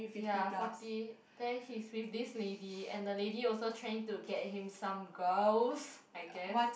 ya forty then he's with this lady and the lady also trying to get him some girls I guess